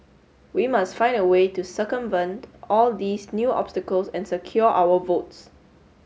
we must find a way to circumvent all these new obstacles and secure our votes